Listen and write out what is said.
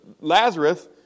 Lazarus